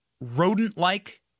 rodent-like